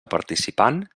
participant